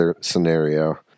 scenario